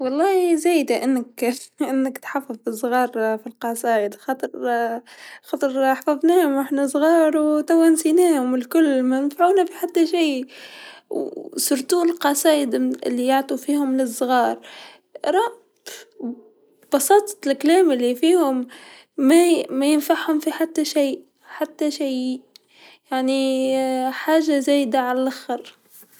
و الله زايدا أنك تحفظ الصغار في قصائد خاطرا، خاطر حفظناهم وحنا و صغار و نسيناهم الكل و منفعونا في حتى شيء و خاصة القصائد ليعطو فيهم للصغار، راه بساطة الكلام لفيهم ما هي ما ينفعهم في حتى شيء حتى شيء يعني حاجه زايدا علاخر.